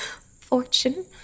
Fortune